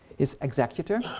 his executor